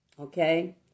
Okay